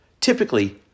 typically